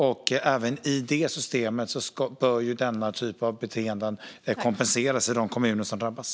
I det systemet bör de kommuner som drabbas av denna typ av beteende kompenseras.